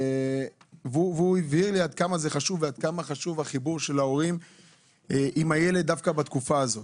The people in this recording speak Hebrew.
הוא הבהיר לי עד כמה חשוב החיבור של ההורים עם הילד דווקא בתקופה הזאת.